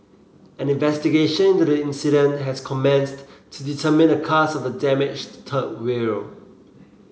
an investigation into the incident has commenced to determine the cause of the damaged third rail